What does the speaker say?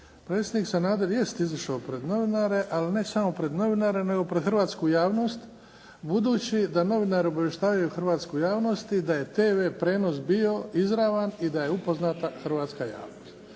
Predsjednik Sanader jest izašao pred novinare, ali ne samo pred novinare, nego pred hrvatsku javnost budući da novinari obavještavaju hrvatsku javnost i da je TV prijenos bio izravan i da je upoznata hrvatska javnost.